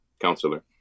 counselor